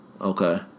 okay